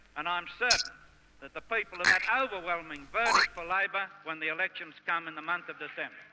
and i'm certain that the people of that overwhelming verdict for labor when the elections come in the month of december.